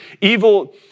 evil